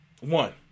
one